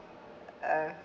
uh